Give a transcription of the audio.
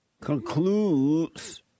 concludes